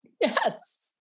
Yes